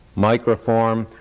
microform,